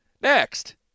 Next